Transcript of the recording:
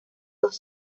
dos